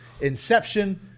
inception